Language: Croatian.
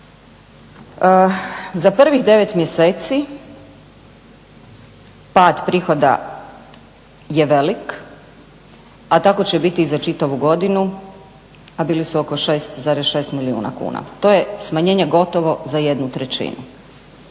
Za prvih 9 mjeseci pad prihoda je velik, a tako će biti i za čitavu godinu, a bili su oko 6,6 milijuna kuna. To je smanjenje gotovo za 1/3.